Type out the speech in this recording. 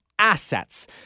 assets